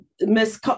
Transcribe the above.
Miss